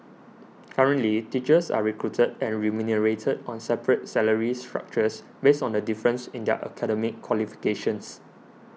currently teachers are recruited and remunerated on separate salary structures based on the difference in their academic qualifications